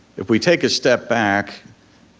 if we take a step back,